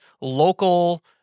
local